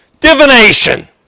divination